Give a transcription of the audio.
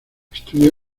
estudió